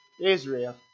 Israel